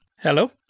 Hello